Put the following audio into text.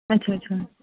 اَچھا اَچھا